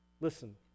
Listen